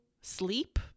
sleep